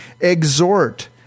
exhort